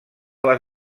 les